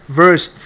verse